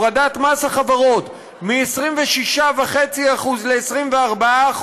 הורדת מס החברות מ-26.5% ל-24%,